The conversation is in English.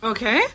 Okay